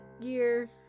gear